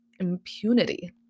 impunity